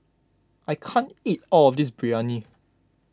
I can't eat all of this Biryani